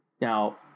Now